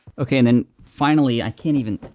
okay, and then finally i can't even.